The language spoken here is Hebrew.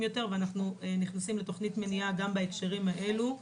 יותר ואנחנו נכנסים לתוכנית מניעה גם בהקשרים האלה,